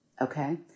okay